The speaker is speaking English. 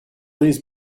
his